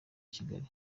kigali